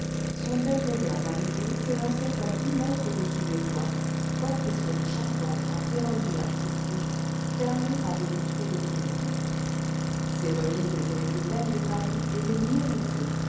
princièreson belvédère d'arrivée s'élançait à dix mètres au-dessus des toits porté sur des charpentes en ferronnerie artistique fermées par des vitraux de couleur ses remises étaient les plus belles de paris et les mieux